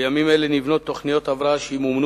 בימים אלה נבנות תוכניות הבראה שנבנו